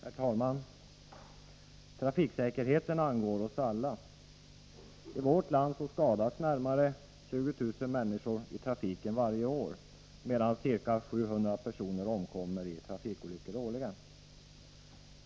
Herr talman! Trafiksäkerheten angår oss alla. I vårt land skadas närmare 20 000 människor i trafiken varje år, och ca 700 personer omkommer i trafikolyckor.